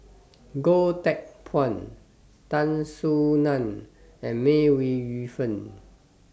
Goh Teck Phuan Tan Soo NAN and May Ooi Yu Fen